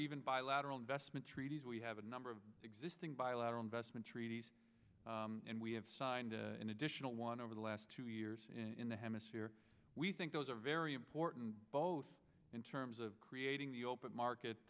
even bilateral investment treaties we have a number of existing bilateral investment treaties and we have signed an additional one over the last two years in the hemisphere we think those are very important both in terms of creating the open market